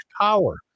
power